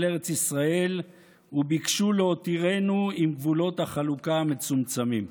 ארץ ישראל וביקשו להותירנו עם גבולות החלוקה המצומצמים.